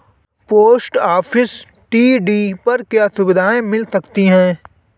Post office TD पर क्या सुविधाएँ मिल सकती है?